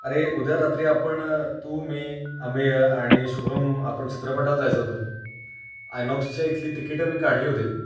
अरे उद्या रात्री आपण तू मी अमेय आणि शुभम आपण चित्रपटाला जायचं होतं आयनॉक्सच्या इथली तिकीटं मी काढली होती